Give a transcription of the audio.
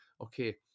Okay